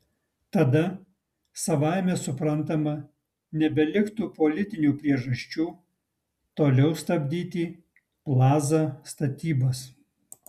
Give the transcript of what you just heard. tada savaime suprantama nebeliktų politinių priežasčių toliau stabdyti plaza statybas